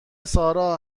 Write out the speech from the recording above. سارا